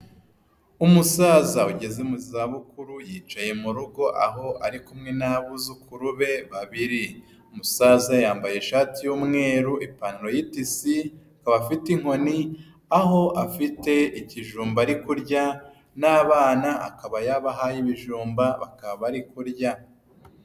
Umusaza ageze mu za bukuru yicaye mu rugo aho ari kumwe n'abuzukuru be babiri, umusaza yambaye ishati y'umweru, ipantaro y'itisi, akaba afite inkoni aho afite ikijumba ari kurya n'abana akaba yabahaye ibijumba bakaba bari kurya.